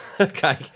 Okay